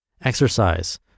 Exercise